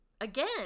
Again